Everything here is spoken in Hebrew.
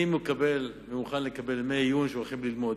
אני מקבל ומוכן לקבל ימי עיון שבהם הולכים ללמוד.